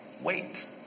wait